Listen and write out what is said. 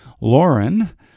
Lauren